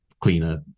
cleaner